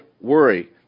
worry